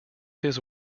this